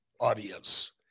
audience